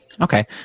Okay